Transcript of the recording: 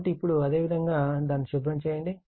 కాబట్టి ఇప్పుడు అదేవిధంగా దాన్ని శుభ్రం చేయండి